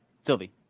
Sylvie